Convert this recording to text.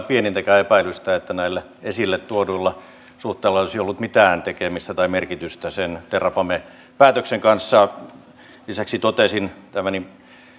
pienintäkään epäilystä että näillä esille tuoduilla suhteilla olisi ollut mitään tekemistä tai merkitystä terrafame päätöksen kanssa lisäksi totesin pitäväni